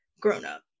grown-up